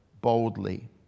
boldly